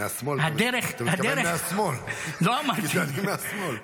אתה מתכוון מהשמאל, גזענים מהשמאל.